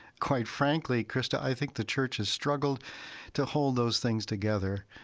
quite frankly, krista, i think the church has struggled to hold those things together,